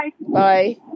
Bye